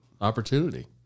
opportunity